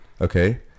Okay